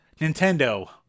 Nintendo